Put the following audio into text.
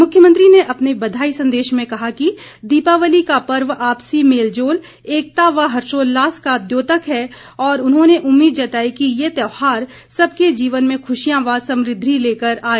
मुख्यमंत्री ने अपने बधाई संदेश में कहा कि दीपावली का पर्व आपसी मेलजोल एकता व हर्षोल्लास का द्योतक है और उन्होंने उम्मीद जताई कि यह त्यौहार सबके जीवन में खुशियां व समृद्धि लेकर आए